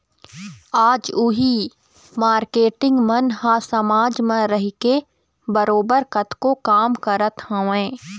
आज उही मारकेटिंग मन ह समाज म रहिके बरोबर कतको काम करत हवँय